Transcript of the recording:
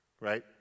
Right